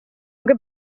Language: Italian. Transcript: anche